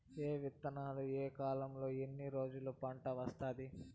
ఏ విత్తనాలు ఏ కాలంలో ఎన్ని రోజుల్లో పంట వస్తాది?